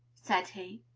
said he.